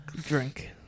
drink